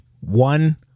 one